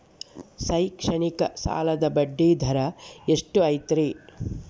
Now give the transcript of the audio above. ಶೈಕ್ಷಣಿಕ ಸಾಲದ ಬಡ್ಡಿ ದರ ಎಷ್ಟು ಐತ್ರಿ?